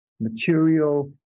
material